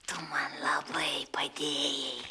tu man labai padėjai